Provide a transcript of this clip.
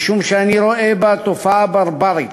משום שאני רואה בה תופעה ברברית